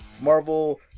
Marvel